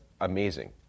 amazing